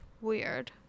weird